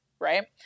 right